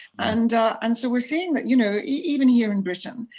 and and so we're seeing that you know even here in britain,